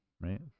Right